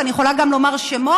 וגם אני יכולה להגיד שמות,